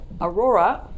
Aurora